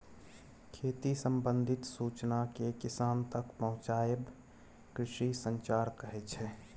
खेती संबंधित सुचना केँ किसान तक पहुँचाएब कृषि संचार कहै छै